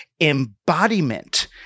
embodiment